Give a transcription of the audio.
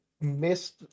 missed